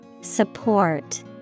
Support